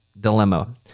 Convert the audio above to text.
dilemma